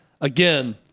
again